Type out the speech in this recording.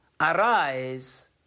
Arise